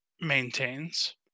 maintains